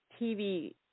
TV